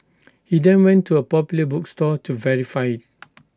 he then went to A popular bookstore to verify IT